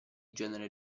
genere